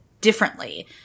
differently